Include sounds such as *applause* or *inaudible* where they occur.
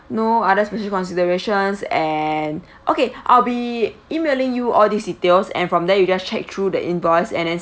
no other special considerations and *breath* okay *breath* I'll be emailing you all these details and from there you just check through the invoice and then